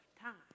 time